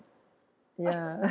ya